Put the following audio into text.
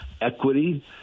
equity